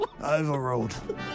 Overruled